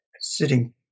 sitting